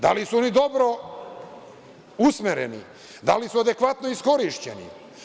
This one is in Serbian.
Da li su oni dobro usmereni, da li su adekvatno iskorišćeni?